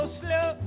slow